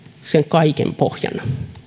sen kaiken pohjana